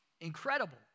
incredible